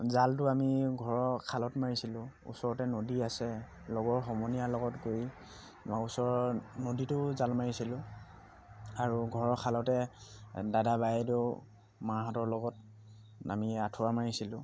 জালটো আমি ঘৰৰ খালত মাৰিছিলোঁ ওচৰতে নদী আছে লগৰ সমনীয়াৰ লগত গৈ ওচৰৰ নদীটো জাল মাৰিছিলোঁ আৰু ঘৰৰ খালতে দাদা বাইদেউ মাহঁতৰ লগত আমি আঁঠুৱা মাৰিছিলোঁ